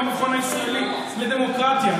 עם המכון הישראלי לדמוקרטיה?